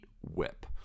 whip